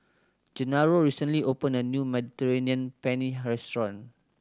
Genaro recently opened a new Mediterranean Penne restaurant